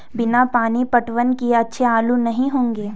बिना पानी पटवन किए अच्छे आलू नही होंगे